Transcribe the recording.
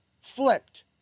flipped